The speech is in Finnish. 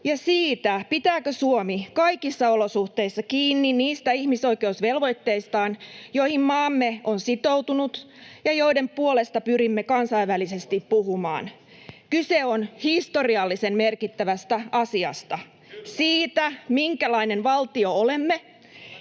ja siitä, pitääkö Suomi kaikissa olosuhteissa kiinni niistä ihmisoikeusvelvoitteistaan, joihin maamme on sitoutunut ja joiden puolesta pyrimme kansainvälisesti puhumaan. [Jussi Halla-aho: Entä suomalaisten turvallisuus?]